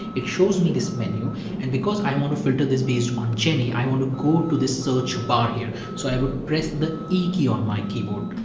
it shows me this menu and because i want to filter this based on jenny, i want to go to the search bar here. so i would press the e key on my keyboard.